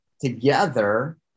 together